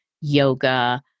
yoga